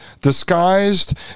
disguised